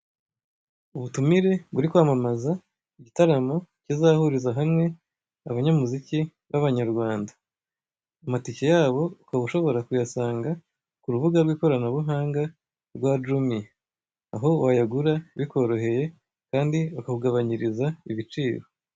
Ubutumire buri kwamamaza igitaramo kizahuriza hamwe abanyamuziki n'abanyarwanda. Amatike yabo ukaba ushobora kuyasanga ku rubuga rw'ikoranabuhanga rwa jumiya. Aho wayagura bikoroheye kandi bakakugabanyuriza ibiciro.